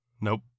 Nope